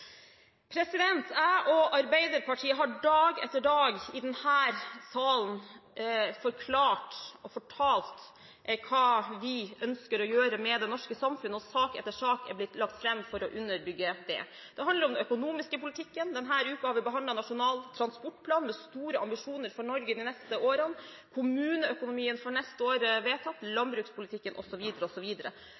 Jeg og Arbeiderpartiet har dag etter dag i denne salen forklart og fortalt hva vi ønsker å gjøre med det norske samfunnet, og sak etter sak er blitt lagt fram for å underbygge det. Det handler om den økonomiske politikken. Denne uken har vi behandlet Nasjonal transportplan, med store ambisjoner for Norge i de neste årene. Kommuneøkonomien for neste år er vedtatt. Det samme er landbrukspolitikken